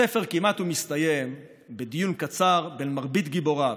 הספר כמעט מסתיים בדיון קצר בין מרבית גיבוריו,